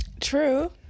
True